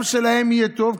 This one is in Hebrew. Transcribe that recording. שגם להם יהיה טוב,